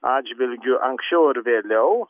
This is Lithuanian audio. atžvilgiu anksčiau ar vėliau